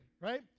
right